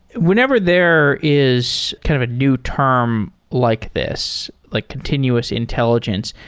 whenever there is kind of a new term like this, like continuous intelligence,